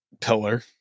pillar